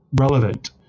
relevant